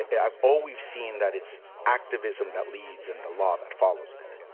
i've always seen that it's activism that leads and the law that follows it.